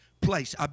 place